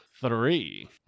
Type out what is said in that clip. three